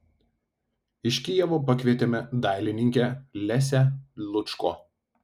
iš kijevo pakvietėme dailininkę lesią lučko